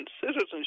citizenship